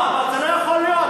לא, אבל זה לא יכול להיות.